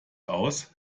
aus